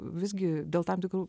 visgi dėl tam tikrų